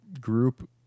group